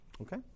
Okay